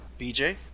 BJ